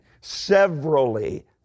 severally